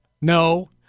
No